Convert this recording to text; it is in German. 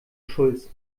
schulz